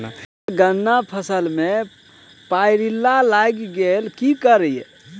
हम्मर गन्ना फसल मे पायरिल्ला लागि की करियै?